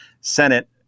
Senate